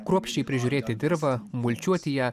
kruopščiai prižiūrėti dirvą mulčiuoti ją